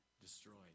destroyed